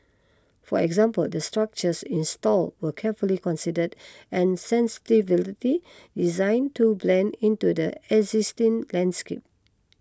for example the structures installed were carefully considered and designed to blend into the existing landscape